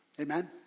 Amen